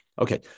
Okay